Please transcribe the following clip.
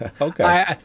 Okay